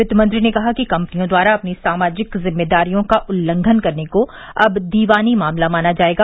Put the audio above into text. वित्त मंत्री ने कहा कि कंपनियों द्वारा अपनी सामाजिक जिम्मेदारियों का उल्लंघन करने को अब दीवानी मामला माना जाएगा